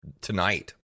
tonight